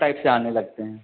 type से आने लगते हैं